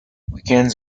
weekends